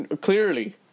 clearly